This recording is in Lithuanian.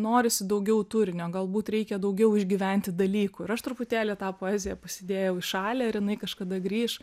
norisi daugiau turinio galbūt reikia daugiau išgyventi dalykų ir aš truputėlį tą poeziją pasidėjau į šalį ir inai kažkada grįš